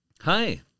Hi